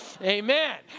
Amen